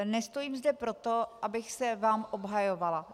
Nestojím zde proto, abych se vám obhajovala.